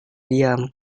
diam